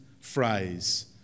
phrase